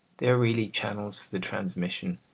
they are really channels for the transmission,